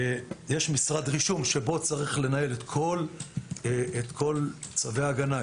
יש משרד רישום שבו צריך לנהל את כל צווי ההגנה,